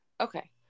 okay